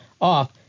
off